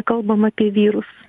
kalbam apie vyrus